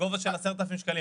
בגובה של 10,000 שקלים.